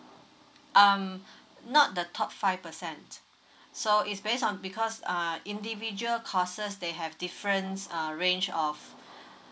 um not the top five percent so it's based on because uh individual courses they have different err range of